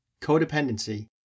codependency